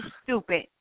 stupid